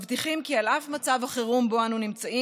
מבטיחים כי על אף מצב החירום שבו אנו נמצאים,